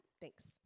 Thanks